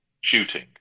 shooting